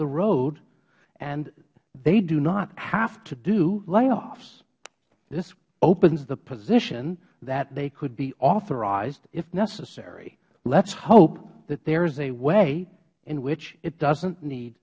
the road and they do not have to do layoffs this opens the position that they could be authorized if necessary lets hope that there is a way in which it doesnt need